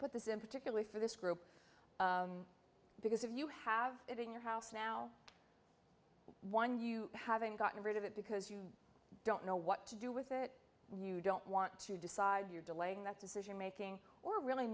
put this in particularly for this group because if you have it in your house now one you haven't gotten rid of it because you don't know what to do with it you don't want to decide you're delaying that decision making or really